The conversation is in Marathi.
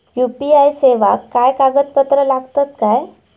यू.पी.आय सेवाक काय कागदपत्र लागतत काय?